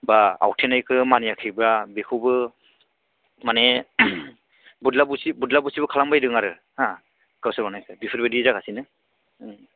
एबा आवथेनायखो मानियाखैबा बेखौबो माने बुदला बुसि बुदला बुसि खालामबायदों आरो हा गावसो मावनायखाय बेफोरबायदि जागासिनो